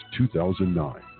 2009